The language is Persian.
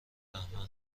رحمین